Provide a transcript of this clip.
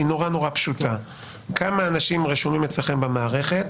השאלה נורא נורא פשוטה: כמה אנשים רשומים אצלכם במערכת,